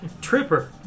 Tripper